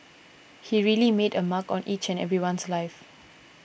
he really made a mark on each and everyone's life